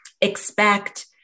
expect